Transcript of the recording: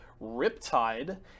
riptide